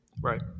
Right